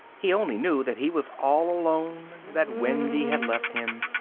he only knew that he was all alone, that wendy had left him,